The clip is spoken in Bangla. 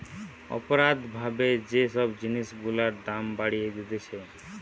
অপরাধ ভাবে যে সব জিনিস গুলার দাম বাড়িয়ে দিতেছে